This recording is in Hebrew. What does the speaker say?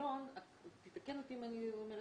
בשאלון תתקן אותי אם אני טועה